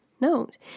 Note